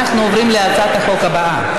אנחנו עוברים להצעת החוק הבאה,